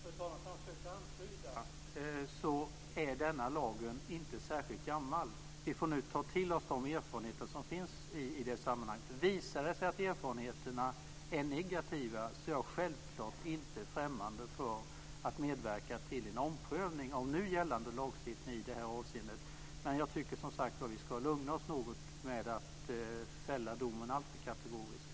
Fru talman! Som jag försökte antyda är denna lag inte särskilt gammal. Vi får nu ta till oss de erfarenheter som finns i det sammanhanget. Visar det sig att erfarenheterna är negativa är jag självklart inte främmande för att medverka till en omprövning av nu gällande lagstiftning i det här avseendet. Men jag tycker som sagt var att vi ska lugna oss något med att fälla domen alltför kategoriskt.